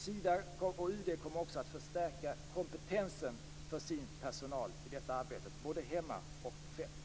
Sida och UD kommer också att förstärka kompetensen hos sin personal i detta arbete, både här hemma och på fältet.